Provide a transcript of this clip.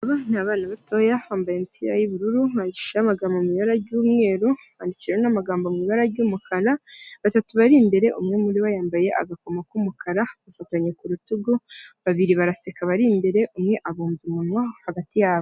Aba ni abana batoya bambaye imipira y'ubururu handikishijeho amagambo mu ibara ry'umweru, handikiweho n'amagambo mu ibara ry'umukara, batatu bari imbere umwe muri bo yambaye agakoma k'umukara, bafatanye ku rutugu babiri baraseka bari imbere umwe abumbye umunwa hagati yabo.